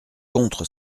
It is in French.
contre